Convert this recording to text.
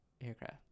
aircraft